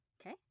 okay